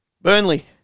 Burnley